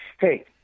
Hey